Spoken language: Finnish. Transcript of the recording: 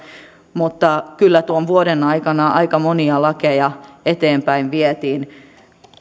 mutta kyllä tuon vuoden aikana aika monia lakeja eteenpäin vietiin